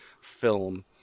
film